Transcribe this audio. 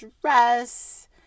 dress